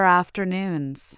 afternoons